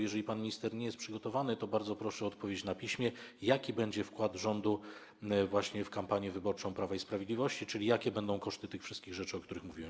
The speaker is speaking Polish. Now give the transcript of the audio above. Jeżeli pan minister nie jest przygotowany, to bardzo proszę o odpowiedź na piśmie: Jaki będzie wkład rządu w kampanię wyborczą Prawa i Sprawiedliwości, czyli jakie będą koszty tych wszystkich rzeczy, o których mówiłem?